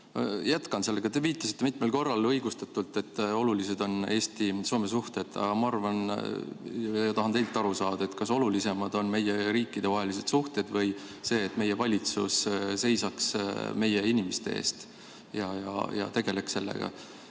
Jätkan selle teemaga. Te viitasite mitmel korral õigustatult, et olulised on Eesti-Soome suhted. Aga ma arvan ja tahan ka teie arvamusest aru saada, kas olulisemad on meie riikide vahelised suhted või see, et meie valitsus seisaks meie inimeste eest ja tegeleks sellega.